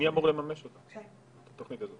מי אמור לממש את התוכנית הזאת?